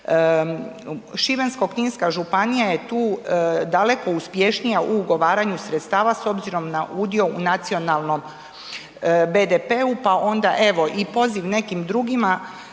Šibensko-kninska županija je tu daleko uspješnija u ugovaranju sredstava s obzirom na udio u nacionalnom BDP-u, pa onda evo i poziv nekim drugima